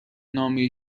نامه